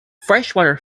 freshwater